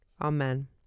amen